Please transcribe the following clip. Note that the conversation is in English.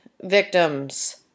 victims